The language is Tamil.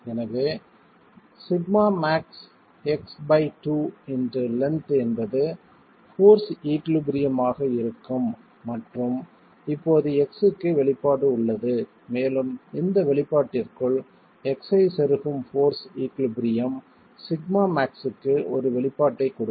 எனவே σmax x2 இன்டு லென்த் என்பது போர்ஸ் ஈகுலிபிரியம் ஆக இருக்கும் மற்றும் இப்போது x க்கு வெளிப்பாடு உள்ளது மேலும் இந்த வெளிப்பாட்டிற்குள் x ஐ செருகும் போர்ஸ் ஈகுலிபிரியம் σmax க்கு ஒரு வெளிப்பாட்டைக் கொடுக்கும்